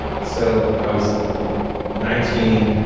so, i was nineteen,